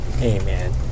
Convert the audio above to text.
Amen